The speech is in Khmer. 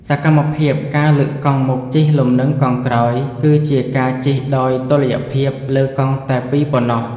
សកម្មភាព ការលើកកង់មុខជិះលំនឹងកង់ក្រោយ គឺជាការជិះដោយតុល្យភាពលើកង់តែពីរប៉ុណ្ណោះ។